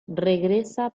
regresa